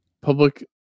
public